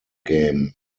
game